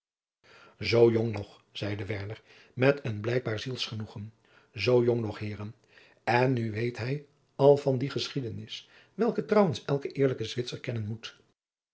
zoo jong nog zeide werner met een blijkbaar zielsgenoegen zoo jong nog heeren en nu weet hij al van die geschiedenis adriaan loosjes pzn het leven van maurits lijnslager welke trouwens elke eerlijke zwitser kennen moet